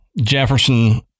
Jefferson